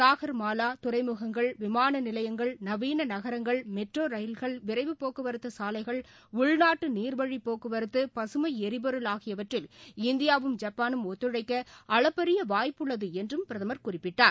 சாகா்மாலா துறைமுகங்கள் விமானநிலையங்கள் நவீனநகரங்கள் மெட்ரோரயில்கள் விரைவு போக்குவரத்துசாலைகள் உள்நாட்டுநீர்வழிபோக்குவரத்து பகமைளிபொருள் ஆகியவற்றில் இந்தியாவும் ஜப்பானும் ஒத்துழைக்கஅளப்பறியவாய்ப்புள்ளதுஎன்றும் பிரதமர் குறிப்பிட்டார்